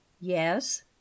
yes